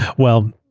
well.